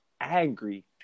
angry